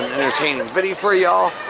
entertaining video for y'all.